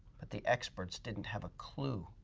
but the experts didn't have a clue,